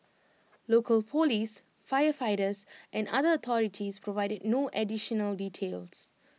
local Police firefighters and other authorities provided no additional details